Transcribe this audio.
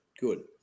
Good